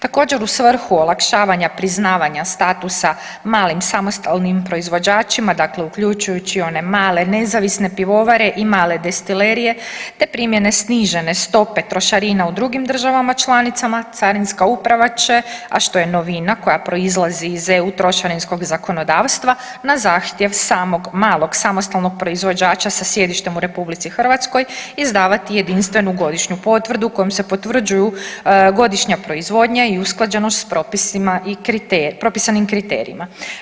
Također u svrhu olakšavanja priznavanja statusa malim samostalnim proizvođačima, dakle uključujući i one male nezavisne pivovare i male destilerije, te primjene snižene stope trošarina u drugim državama članicama Carinska uprava će a što je novina koja proizlazi iz EU trošarinskog zakonodavstva na zahtjev samog malog samostalnog proizvođača sa sjedištem u RH izdavati jedinstvenu godišnju potvrdu kojom se potvrđuju godišnja proizvodnja i usklađenost sa propisanim kriterijima.